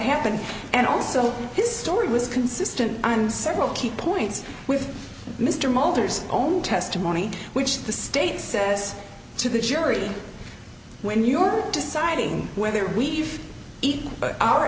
happened and also his story was consistent i'm several key points with mr mulder's own testimony which the state says to the jury when you're deciding whether we eat our